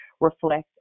reflect